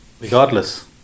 Regardless